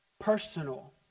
personal